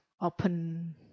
open